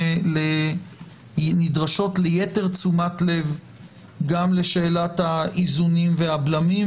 נדרשות ליתר תשומת לב גם לשאלת האיזונים והבלמים,